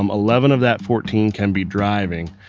um eleven of that fourteen can be driving,